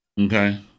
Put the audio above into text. Okay